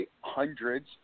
hundreds